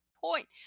point